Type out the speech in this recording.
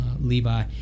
Levi